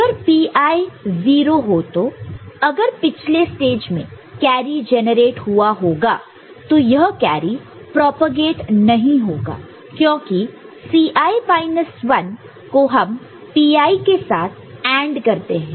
अगर Pi 0 हो तो और अगर पिछले स्टेज में कैरी जेनरेट हुआ होगा तो यह कैरी प्रोपागेट नहीं होगा क्योंकि Ci माइनस 1 को हम Pi के साथ AND करते हैं